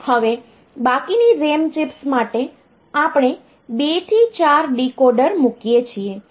હવે બાકીની RAM chips માટે આપણે 2 થી 4 ડીકોડર મૂકીએ છીએ